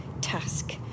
task